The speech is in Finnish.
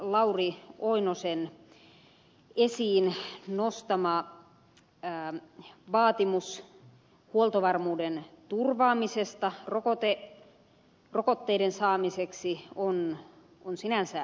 lauri oinosen esiin nostama vaatimus huoltovarmuuden turvaamisesta rokotteiden saamiseksi on sinänsä tärkeä